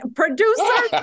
producer